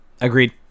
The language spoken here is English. Agreed